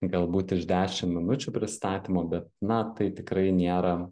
galbūt iš dešim minučių pristatymo bet na tai tikrai nėra